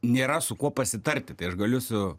nėra su kuo pasitarti tai aš galiu su